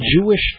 Jewish